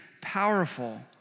powerful